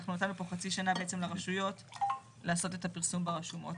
נתנו פה חצי שנה לרשויות לעשות את הפרסום ברשומות.